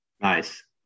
Nice